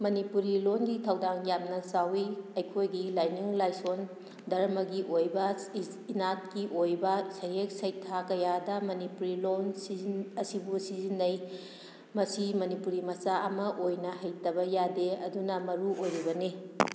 ꯃꯅꯤꯄꯨꯔꯤ ꯂꯣꯟꯒꯤ ꯊꯧꯗꯥꯡ ꯌꯥꯝꯅ ꯆꯥꯎꯏ ꯑꯩꯈꯣꯏꯒꯤ ꯂꯥꯏꯅꯤꯡ ꯂꯥꯏꯁꯣꯟ ꯗꯔꯃꯒꯤ ꯑꯣꯏꯕ ꯏꯅꯥꯠꯀꯤ ꯑꯣꯏꯕ ꯁꯩꯌꯦꯛ ꯁꯩꯊꯥ ꯀꯌꯥꯗ ꯃꯅꯤꯄꯨꯔꯤ ꯂꯣꯟ ꯁꯤꯖꯤꯟ ꯑꯁꯤꯕꯨ ꯁꯤꯖꯤꯟꯅꯩ ꯃꯁꯤ ꯃꯅꯤꯄꯨꯔꯤ ꯃꯆꯥ ꯑꯃ ꯑꯣꯏꯅ ꯍꯩꯇꯕ ꯌꯥꯗꯦ ꯑꯗꯨꯅ ꯃꯔꯨ ꯑꯣꯏꯔꯤꯕꯅꯤ